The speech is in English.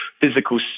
physical